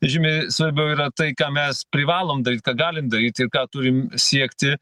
žymiai svarbiau yra tai ką mes privalom daryt ką galim daryti ir ką turim siekti